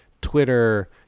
Twitter